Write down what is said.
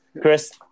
Chris